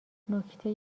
نکته